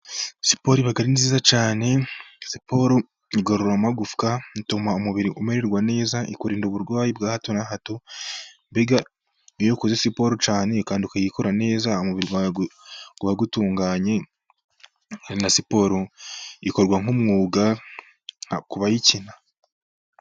Siporo iba ari nziza cyane, siporo igorora amagufwa bituma umubiri umererwa neza, ikurinda uburwayi bwa hato na hato mbega iyo ukoze siporo cyane kandi ukayikora neza , umubiri wawe uba utunganye hari na siporo ikorwa nk'umwuga ku bayikina.